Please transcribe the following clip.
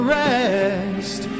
rest